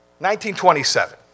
1927